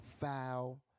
foul